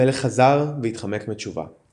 המלך חזר והתחמק מתשובה.